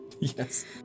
Yes